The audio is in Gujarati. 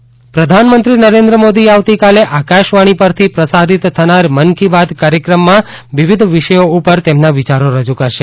મન કી બાત પ્રધાનમંત્રી નરેન્દ્ર મોદી આવતીકાલે આકાશવાણી પરથી પ્રસારિત થનાર મન કી બાત કાર્યક્રમમાં વિવિધ વિષયો ઉપર તેમના વિચારો રજૂ કરશે